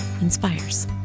inspires